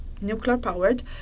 nuclear-powered